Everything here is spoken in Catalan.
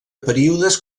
períodes